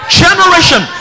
generation